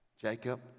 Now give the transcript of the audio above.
jacob